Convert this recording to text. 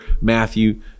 Matthew